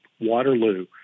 Waterloo